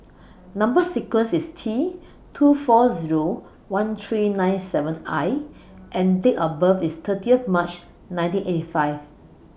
Number sequence IS T two four Zero one three nine seven I and Date of birth IS thirty March nineteen eighty five